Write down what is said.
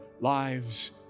lives